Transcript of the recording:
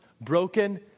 broken